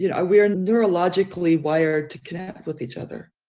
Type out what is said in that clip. you know, we are neurologically wired to connect with each other.